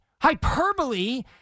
hyperbole